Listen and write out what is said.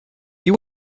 you